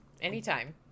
Anytime